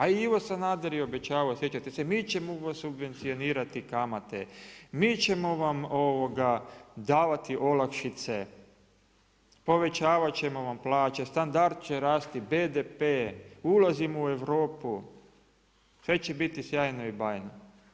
A i Ivo Sanader je obećavao, sjećate se, mi ćemo vam subvencionirati kamate, mi ćemo vam davati olakšice, povećavati ćemo plaće, standard će rasti, BDP, ulazimo u Europu, sve će biti sjajno i bajno.